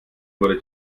wurde